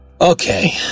okay